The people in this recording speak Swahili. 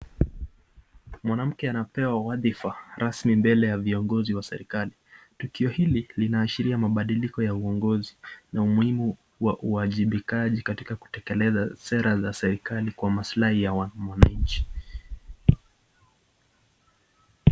Mwanamke anapewa wadhifa rasmi mbele ya viongozi wa serikali , tukio hili linaashiria mabadiiko ya uongozi na umuhimu wa uwajibikaji katika kutekeleza sera ya serikali kwa masilahi ya mwananchi.